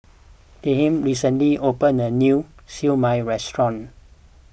Tilman recently opened a new Siew Mai restaurant